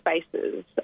spaces